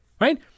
right